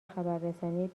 خبررسانی